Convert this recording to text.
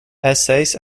essays